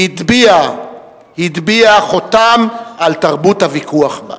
והטביע חותם על תרבות הוויכוח בה.